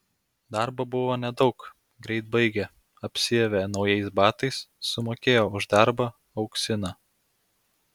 darbo buvo nedaug greit baigė apsiavė naujais batais sumokėjo už darbą auksiną